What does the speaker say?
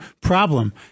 problem